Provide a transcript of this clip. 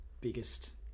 biggest